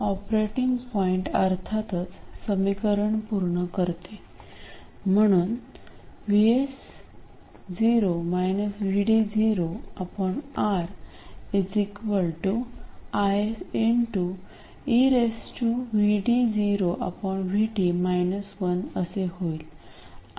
operating point अर्थातच समीकरण पूर्ण करते म्हणून R IS असे होईल